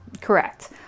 correct